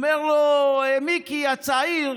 הוא אומר לו: מיקי הצעיר,